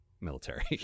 military